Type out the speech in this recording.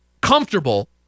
comfortable